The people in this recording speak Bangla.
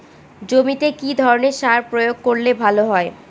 জমিতে কি ধরনের সার প্রয়োগ করলে ভালো হয়?